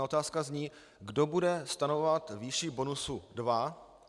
Otázka zní: Kdo bude stanovovat výši bonusu 2?